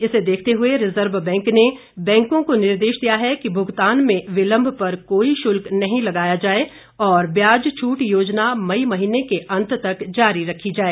इसे देखते हुए रिजर्व बैंक ने बैंकों को निर्देश दिया है कि भुगतान में विलम्ब पर कोई शुल्क नहीं लगाया जाए और ब्याज छूट योजना मई महीने के अंत तक जारी रखी जाए